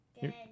Good